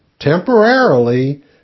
temporarily